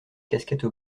casquettes